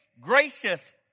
gracious